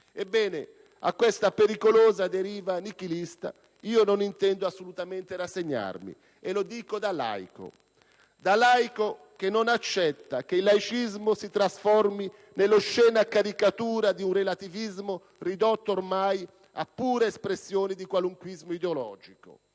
Ebbene, a questa pericolosa deriva nichilista io non intendo assolutamente rassegnarmi, e lo dico da laico. Da laico che non accetta che il laicismo si trasformi nell'oscena caricatura di un relativismo ridotto oramai a pura espressione di qualunquismo ideologico;